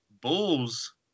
Bulls